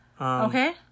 Okay